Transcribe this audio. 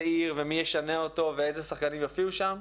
עיר ומי ישנה אותו ואיזה שחקנים יופיעו שם.